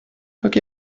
как